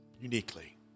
uniquely